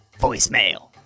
voicemail